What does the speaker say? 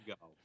go